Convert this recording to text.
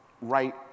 right